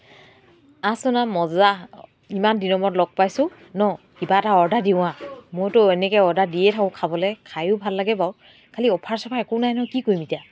আহ চোন আহ মজ্জা ইমান দিনৰ মূৰত লগ পাইছোঁ ন কিবা এটা অৰ্ডাৰ দিওঁ আহ মোৰতো এনেকৈ অৰ্ডাৰ দিয়েই থাকোঁ খাবলৈ খায়ো ভাল লাগে বাৰু খালি অফাৰ চফাৰ একো নাই নহয় কি কৰিম এতিয়া